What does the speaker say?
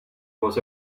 was